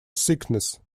sickness